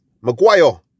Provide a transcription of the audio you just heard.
Maguire